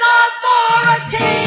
authority